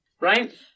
right